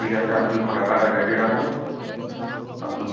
ঠিক আছে আপনি টাকাটা রেডি রাখুন আপনি